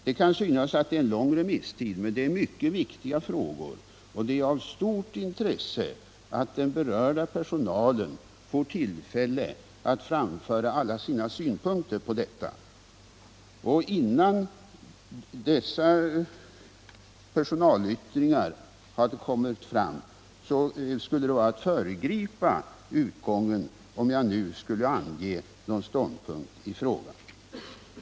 Det kan synas vara en lång remisstid, men det gäller mycket viktiga frågor, och det är av stort intresse att den berörda personalen får ullfälle att framföra ba än . ulla sina synpunkter. Innan dessa personalyttringar har kommit fram skulle det vara att föregripa utgången om jag här angav någon ståndpunkt i frågan.